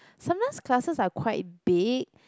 sometimes classes are quite big